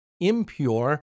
impure